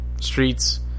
Streets